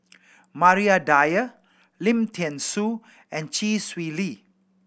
Maria Dyer Lim Thean Soo and Chee Swee Lee